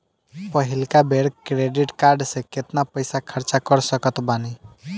पहिलका बेर credit card से केतना पईसा खर्चा कर सकत बानी?